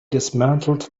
dismantled